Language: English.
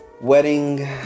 wedding